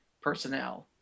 personnel